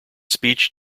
speech